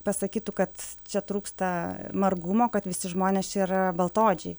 pasakytų kad čia trūksta margumo kad visi žmonės čia yra baltaodžiai